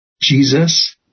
Jesus